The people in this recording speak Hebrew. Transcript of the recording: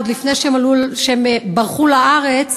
עוד לפני שהם ברחו לארץ,